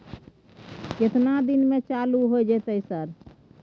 केतना दिन में चालू होय जेतै सर?